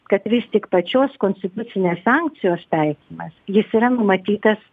kad vis tik pačios konstitucinės sankcijos taikymas jis yra numatytas